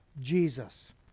Jesus